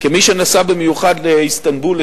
כמי שנסע במיוחד לאיסטנבול,